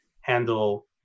handle